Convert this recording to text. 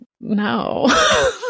no